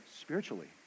spiritually